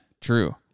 true